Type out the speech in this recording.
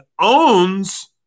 owns